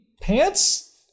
pants